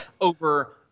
over